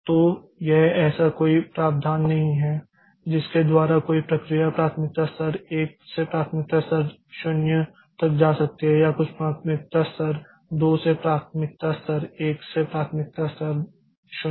तो यह ऐसा कोई प्रावधान नहीं है जिसके द्वारा कोई प्रक्रिया प्राथमिकता स्तर 1 से प्राथमिकता स्तर 0 तक जा सकती है या कुछ प्राथमिकता स्तर 2 से प्राथमिकता स्तर 1 से प्राथमिकता स्तर 0 तक